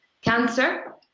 cancer